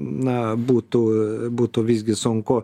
na būtų būtų visgi sunku